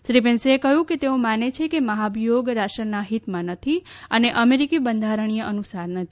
શ્રી પેંસે કહ્યું કે તેઓ માને છે કે મહાભિયોગ રાષ્ટ્રના હિતમાં નથી અને અમેરિકી બંધારણીય અનુસાર નથી